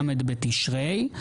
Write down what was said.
ל' בתשרי,